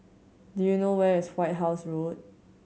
do you know where is White House Road